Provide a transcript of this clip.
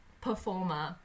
performer